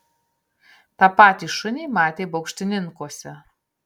tą patį šunį matė baukštininkuose